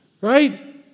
right